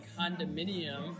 condominium